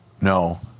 no